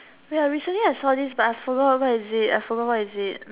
wait ah recently I saw this but I forgot where is it I forgot what is it